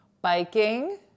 Biking